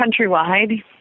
countrywide